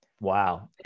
wow